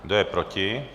Kdo je proti?